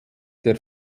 der